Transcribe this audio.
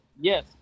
Yes